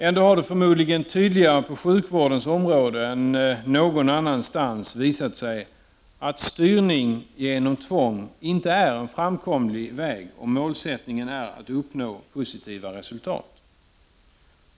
Ändå har det förmodligen tydligare på sjukvårdens område än någon annanstans visat sig att styrning genom tvång inte är en framkomlig väg om målsättningen är att uppnå positiva resultat.